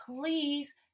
please